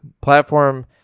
Platform